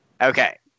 Okay